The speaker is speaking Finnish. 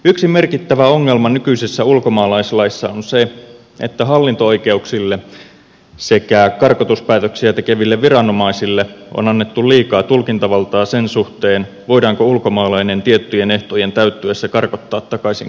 yksi merkittävä ongelma nykyisessä ulkomaalaislaissa on se että hallinto oikeuksille sekä karkotuspäätöksiä tekeville viranomaisille on annettu liikaa tulkintavaltaa sen suhteen voidaanko ulkomaalainen tiettyjen ehtojen täyttyessä karkottaa takaisin kotimaahansa